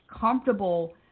comfortable